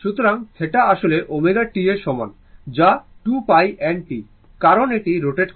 সুতরাং θ আসলে ω t এর সমান যা 2 π n t কারণ এটি রোটেট করছে